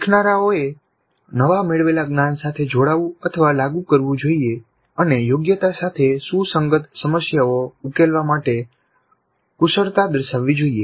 શીખનારાઓએ નવા મેળવેલા જ્ઞાન સાથે જોડાવું લાગુ કરવું જોઈએ અને યોગ્યતા સાથે સુસંગત સમસ્યાઓ ઉકેલવા માટે કુશળતા દર્શાવવી જોઈએ